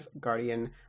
Guardian